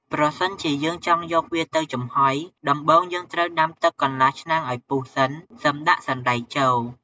ប្រសិនជា យើងចង់យកវាទៅចំហុយ ដំបូងយើងត្រូវដាំទឹកកន្លះឆ្នាំងឲ្យពុះសិន សិមដាក់សណ្ដែកចូល។